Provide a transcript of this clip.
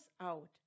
out